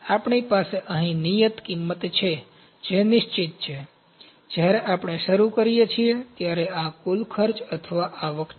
આપણી પાસે અહીં નિયત કિંમત છે જે નિશ્ચિત છે જ્યારે આપણે શરૂ કરીએ છીએ ત્યારે આ કુલ ખર્ચ અથવા આવક છે